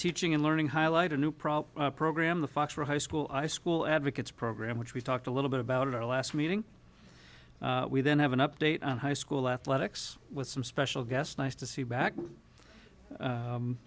teaching and learning highlight a new problem program the fox for high school i school advocates program which we talked a little bit about in our last meeting we then have an update on high school athletics with some special guests nice to see back